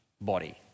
body